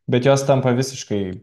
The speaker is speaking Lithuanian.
bet jos tampa visiškai